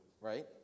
right